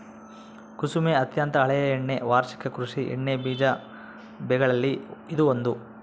ಕುಸುಮೆ ಅತ್ಯಂತ ಹಳೆಯ ಎಣ್ಣೆ ವಾರ್ಷಿಕ ಕೃಷಿ ಎಣ್ಣೆಬೀಜ ಬೆಗಳಲ್ಲಿ ಇದು ಒಂದು